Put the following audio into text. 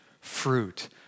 fruit